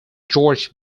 george